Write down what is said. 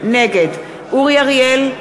נגד אורי אריאל,